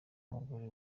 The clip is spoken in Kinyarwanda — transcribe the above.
umugore